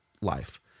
life